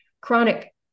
chronic